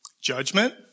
Judgment